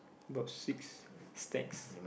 about six stacks